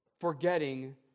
forgetting